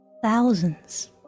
Thousands